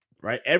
right